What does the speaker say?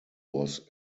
was